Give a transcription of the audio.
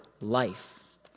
life